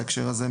בהקשר הזה,